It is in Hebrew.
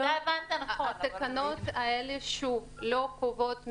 התקנות האלה לא קובעות מינימום,